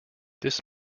this